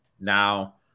Now